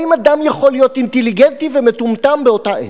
האם אדם יכול להיות אינטליגנטי ומטומטם באותה עת?